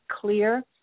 clear